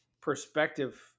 perspective